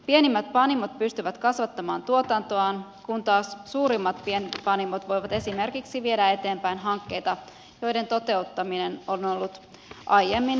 pienimmät panimot pystyvät kasvattamaan tuotantoaan kun taas suurimmat pienpanimot voivat esimerkiksi viedä eteenpäin hankkeita joiden toteuttaminen on ollut aiemmin riskialttiimpaa